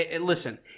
Listen